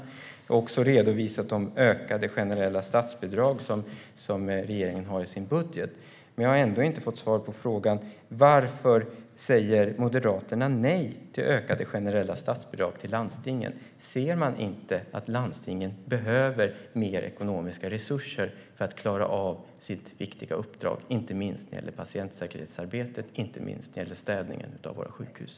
Jag har också redovisat de ökade generella statsbidrag som regeringen har i sin budget. Men jag har ändå inte fått svar på frågan: Varför säger Moderaterna nej till ökade generella statsbidrag till landstingen? Ser man inte att landstingen behöver mer ekonomiska resurser för att klara sitt viktiga uppdrag, inte minst när det gäller patientsäkerhetsarbetet och inte minst när det gäller städningen av våra sjukhus?